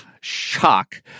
shock